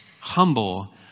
humble